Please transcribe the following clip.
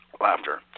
laughter